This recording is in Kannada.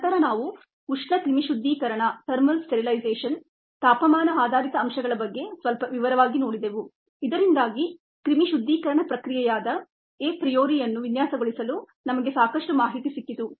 ನಂತರ ನಾವು ಉಷ್ಣ ಕ್ರಿಮಿಶುದ್ಧೀಕರಣ ತಾಪಮಾನ ಆಧಾರಿತ ಅಂಶಗಳ ಬಗ್ಗೆ ಸ್ವಲ್ಪ ವಿವರವಾಗಿ ನೋಡಿದೆವು ಇದರಿಂದಾಗಿ ಕ್ರಿಮಿಶುದ್ಧೀಕರಣ ಪ್ರಕ್ರಿಯೆಯಾದ ಎ ಪ್ರಿಯೊರಿಯನ್ನು ವಿನ್ಯಾಸಗೊಳಿಸಲು ನಮಗೆ ಸಾಕಷ್ಟು ಮಾಹಿತಿ ಸಿಕ್ಕಿತು